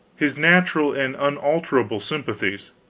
his natural and unalterable sympathies.